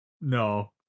No